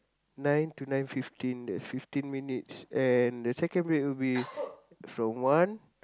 nine to nine fifteen that fifteen minutes and the second break will be from one